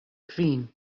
kvin